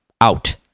out